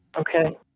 Okay